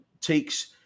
takes